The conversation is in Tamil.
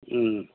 ம்